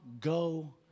go